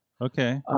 Okay